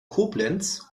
koblenz